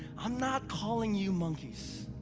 i'm not calling you monkeys.